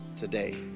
Today